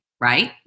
right